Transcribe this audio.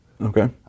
Okay